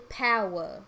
power